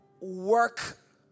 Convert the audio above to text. work